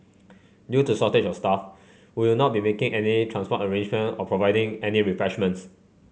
due to shortage of staff we will not be making any transport arrangement or providing any refreshments